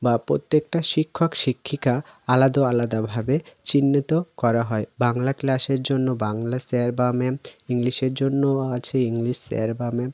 বা প্রত্যেকটা শিক্ষক শিক্ষিকা আলাদা আলাদাভাবে চিহ্নিত করা হয় বাংলা ক্লাসের জন্য বাংলা স্যার বা ম্যাম ইংলিশের জন্য আছে ইংলিশ স্যার বা ম্যাম